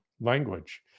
language